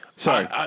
Sorry